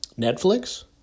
Netflix